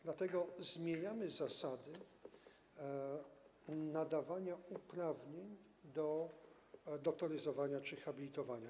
Dlatego zmieniamy zasady nadawania uprawnień do doktoryzowania czy habilitowania.